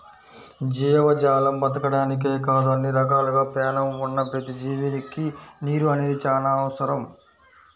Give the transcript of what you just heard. జీవజాలం బతకడానికే కాదు అన్ని రకాలుగా పేణం ఉన్న ప్రతి జీవికి నీరు అనేది చానా అవసరం